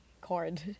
card